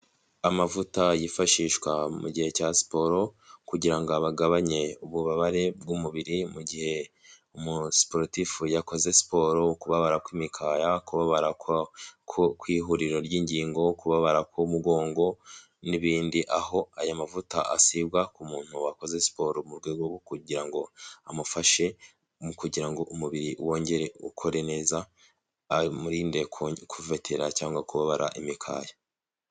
Amavuta yifashishwa mu gihe cya siporo kugira ngo bagabanye ububabare bw'umubiri mu gihe umusiporutifu yakoze siporo, kubabara kw'imikaya, kubabara kw ihuriro ry'ingingo kubabara k'umugongo n'ibindi, aho aya mavuta asigwa ku muntu wakoze siporo mu rwego rwo kugira ngo amufashe mu kugira ngo umubiri wongere ukore neza umurinde kuvetera cyangwa kubabara imikaya.